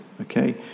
okay